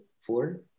Four